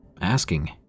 asking